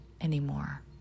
anymore